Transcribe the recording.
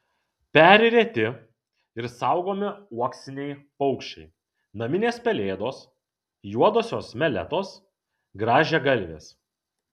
peri reti ir saugomi uoksiniai paukščiai naminės pelėdos juodosios meletos grąžiagalvės